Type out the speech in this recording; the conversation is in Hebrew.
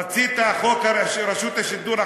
רצית חוק רשות השידור,